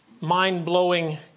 mind-blowing